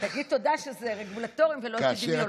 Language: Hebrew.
תגיד תודה שזה "רגולטוריים" ולא "אפידמיולוגיים".